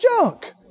junk